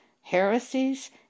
heresies